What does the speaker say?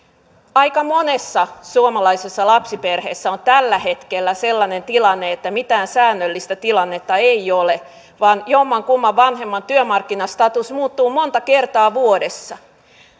aika monessa suomalaisessa lapsiperheessä on tällä hetkellä sellainen tilanne että mitään säännöllistä tilannetta ei ole vaan jommankumman vanhemman työmarkkina status muuttuu monta kertaa vuodessa